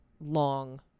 long